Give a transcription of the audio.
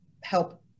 help